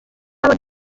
inama